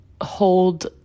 hold